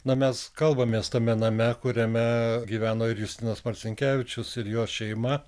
na mes kalbamės tame name kuriame gyveno ir justinas marcinkevičius ir jo šeima